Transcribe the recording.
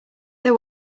they